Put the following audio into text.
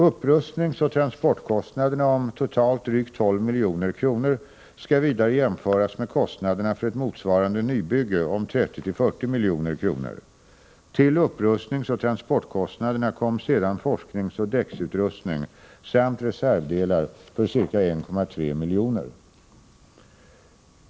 Upprustningsoch transportkostnaderna om totalt drygt 12 milj.kr. skall vidare jämföras med kostnaderna för ett motsvarande nybygge om 30-40 milj.kr. Till upprustningsoch transportkostnaderna kom sedan forskningsoch däcksutrustning samt reservdelar för ca 1,3 milj.kr.